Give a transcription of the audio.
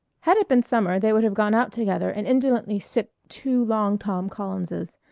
had it been summer they would have gone out together and indolently sipped two long tom collinses,